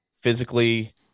Physically